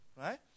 Right